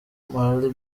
marley